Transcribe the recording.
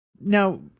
Now